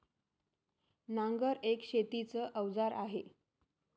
नांगर एक शेतीच अवजार आहे